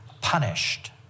punished